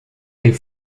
est